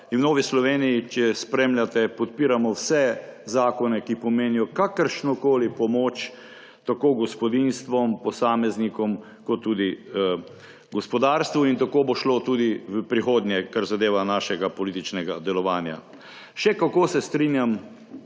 in v Novi Sloveniji, če spremljate, podpiramo vse zakone, ki pomenijo kakršnokoli pomoč tako gospodinjstvom, posameznikom kot tudi gospodarstvu. Tako bo šlo tudi v prihodnje, kar zadeva našega političnega delovanja. Še kako se strinjam